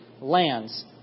lands